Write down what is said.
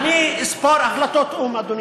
אסור לכם לקחת את זה.